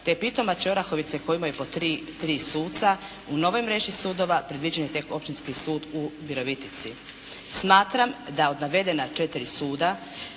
te Pitomače i Orahovice koji imaju po tri, tri suca, u novoj mreži sudova predviđen je tek Općinski sud u Virovitici. Smatram da navedene četiri suda,